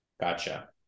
Gotcha